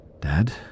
Dad